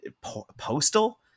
Postal